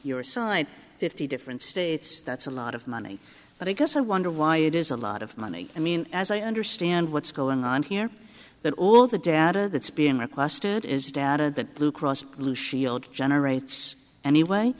your side fifty different states that's a lot of money but i guess i wonder why it is a lot of money i mean as i understand what's going on here that all of the data that's being requested is data that blue cross blue shield generates anyway